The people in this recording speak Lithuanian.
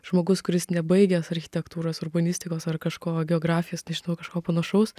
žmogus kuris nebaigęs architektūros urbanistikos ar kažko geografijos nežinau kažko panašaus